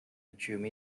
consume